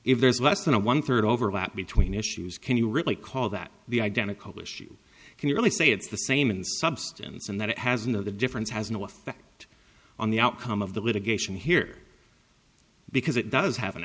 if there's less than a one third overlap between issues can you really call that the identical issue can you really say it's the same in substance and that it has no the difference has no effect on the outcome of the litigation here because it does have an